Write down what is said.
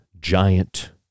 giant